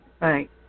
Right